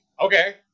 Okay